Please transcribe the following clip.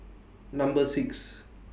Number six